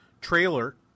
trailer